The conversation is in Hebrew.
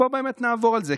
בואו באמת נעבור על זה,